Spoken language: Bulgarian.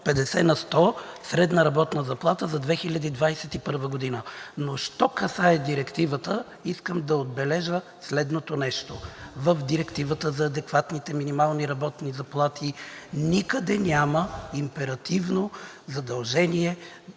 50% на средна работна заплата за 2021 г. Що касае Директивата, искам да отбележа следното нещо: в Директивата за адекватните минимални заплати никъде няма императивно задължение